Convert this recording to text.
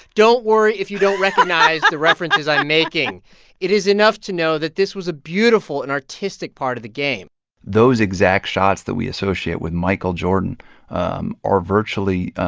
don't worry if you don't recognize the references i'm making it is enough to know that this was a beautiful and artistic part of the game those exact shots that we associate with michael jordan um are virtually,